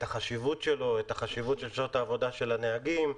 את החשיבות שלו, את חשיבות שעות הנהיגה של הנהגים,